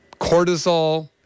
cortisol